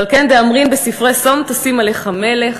ועל כן דאמרינן בספרי שום תשים עליך מלך,